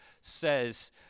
says